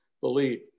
believe